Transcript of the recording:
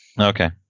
Okay